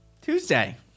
Tuesday